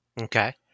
Okay